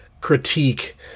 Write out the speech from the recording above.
critique